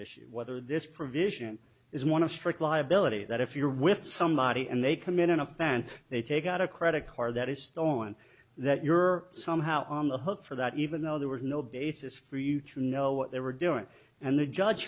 issue whether this provision is one of strict liability that if you're with somebody and they commit an offense they take out a credit card that is stolen that you're somehow on the hook for that even though there was no basis for you to know what they were doing and the judge